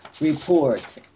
report